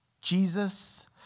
Jesus